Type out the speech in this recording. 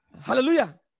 Hallelujah